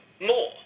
more